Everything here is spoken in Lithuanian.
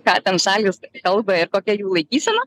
ką ten šalys kalba ir kokia jų laikysena